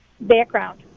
background